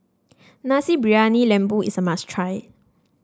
Nasi Briyani Lembu is a must try